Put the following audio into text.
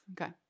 Okay